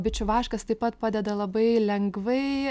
bičių vaškas taip pat padeda labai lengvai